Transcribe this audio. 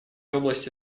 области